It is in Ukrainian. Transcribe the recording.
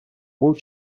був